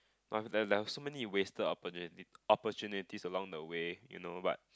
were there were so many wasted opportunity opportunities along the way you know but